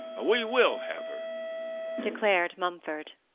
we will have her declared mumford.